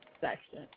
section